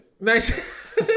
Nice